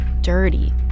dirty